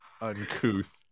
uncouth